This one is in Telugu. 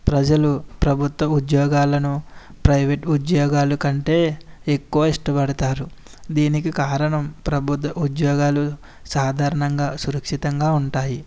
ప్రజలు ప్రభుత్వ ఉద్యోగాలను ప్రైవేట్ ఉద్యోగులు కంటే ఎక్కువ ఇష్టపడతారు దీనికి కారణం ప్రభుత్వ ఉద్యోగాలు సాధారణంగా సురక్షితంగా ఉంటాయి